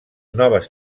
noves